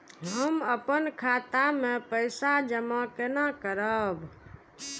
हम अपन खाता मे पैसा जमा केना करब?